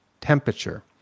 temperature